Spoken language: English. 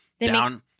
down